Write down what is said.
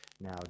now